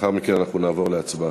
ולאחר מכן אנחנו נעבור להצבעה.